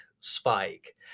spike